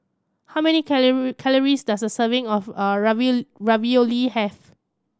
how many calories does a serving of a Ravioli have